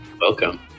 Welcome